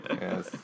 yes